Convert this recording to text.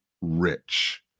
rich